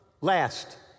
last